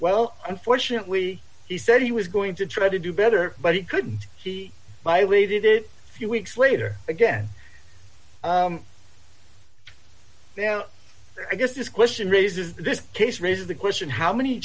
well unfortunately he said he was going to try to do better but he could see by waited a few weeks later again now i guess this question raises this case raises the question how many